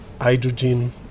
hydrogen